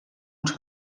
uns